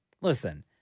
listen